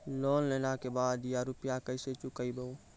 Loan लेला के बाद या रुपिया केसे चुकायाबो?